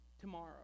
tomorrow